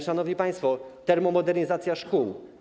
Szanowni państwo, termomodernizacja szkół.